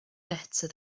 better